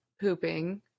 pooping